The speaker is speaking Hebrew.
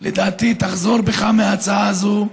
לדעתי, תחזור בך מההצעה הזו,